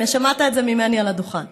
הינה, שמעת את זה ממני על הדוכן.